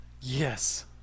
Yes